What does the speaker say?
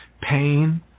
pain